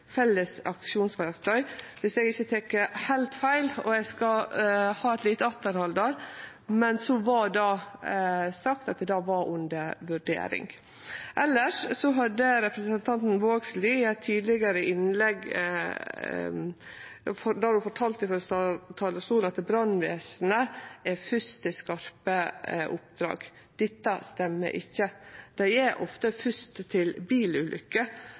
felles aksjonsverktøy. Viss eg ikkje tek heilt feil – eg skal ta eit lite atterhald der – vart det sagt at det var under vurdering. Elles høyrde eg at representanten Vågslid i eit tidlegare innlegg fortalde frå talarstolen at brannvesenet kjem fyrst til skarpe oppdrag. Dette stemmer ikkje. Dei kjem ofte fyrst til